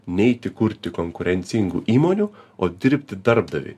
neiti kurti konkurencingų įmonių o dirbti darbdaviui